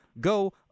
go